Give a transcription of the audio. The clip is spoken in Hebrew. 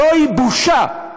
זוהי בושה,